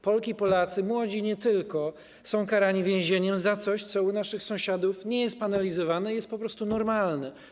Polki i Polacy, młodzi i nie tylko, są karani więzieniem za coś, co u naszych sąsiadów nie jest penalizowane, jest po prostu normalne.